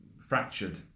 fractured